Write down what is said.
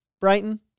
Brighton